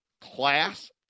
Class